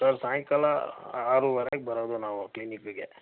sir ಸಾಯಂಕಾಲ ಆರೂವರೆಗೆ ಬರೋದು ನಾವು ಕ್ಲಿನಿಕ್ಕಿಗೆ